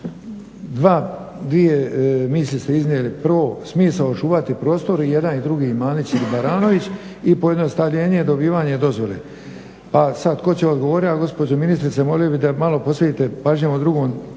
dvije misije ste iznijeli. Prvo, smisao čuvati prostor, jedan i drugi i Mandić i Baranović i pojednostavljenje dobivanje dozvole, pa sad tko će odgovorit, a gospođo ministrice molio bih da malo posvetite pažnje ovom drugom